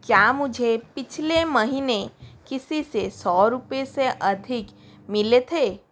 क्या मुझे पिछले महीने किसी से सौ रूपए से अधिक मिले थे